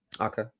Okay